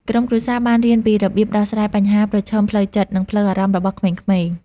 ក្រុមគ្រួសារបានរៀនពីរបៀបដោះស្រាយបញ្ហាប្រឈមផ្លូវចិត្ត និងផ្លូវអារម្មណ៍របស់ក្មេងៗ។